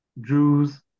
Jews